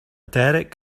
derek